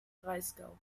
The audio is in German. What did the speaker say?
breisgau